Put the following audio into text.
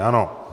Ano.